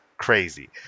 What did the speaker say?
crazy